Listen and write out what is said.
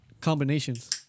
combinations